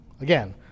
again